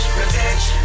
revenge